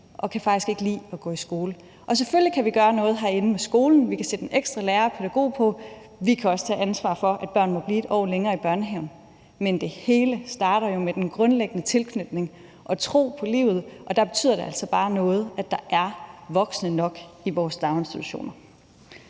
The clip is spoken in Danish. og kan faktisk ikke lide at gå i skole. Selvfølgelig kan vi gøre noget herinde med skolen, vi kan sætte en ekstra lærer og pædagog på, og vi kan også tage ansvar for, at børn må blive et år længere i børnehaven, men det hele starter jo med den grundlæggende tilknytning og tro på livet, og der betyder det altså bare noget, at der er voksne nok i vores daginstitutioner.